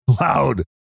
loud